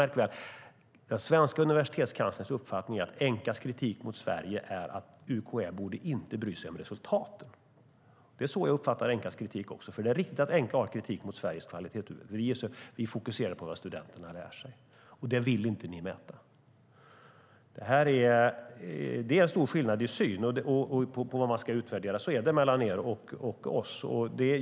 Märk väl: Den svenska universitetskanslerns uppfattning är att Enqas kritik mot Sverige är att UKÄ inte borde bry sig om resultaten. Det är så jag uppfattar Enqas kritik också. Det är riktigt att Enqa har kritik mot Sveriges kvalitetssystem. Vi fokuserar på vad studenterna lär sig, och det vill inte ni mäta. Detta är en stor skillnad mellan er och oss i syn på vad man ska utvärdera.